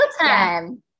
time